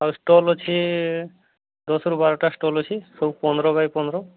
ଆଉ ଷ୍ଟଲ୍ ଅଛି ଦଶରୁ ବାରଟା ଷ୍ଟଲ୍ ଅଛି ସବୁ ପନ୍ଦର ବାଇ ପନ୍ଦର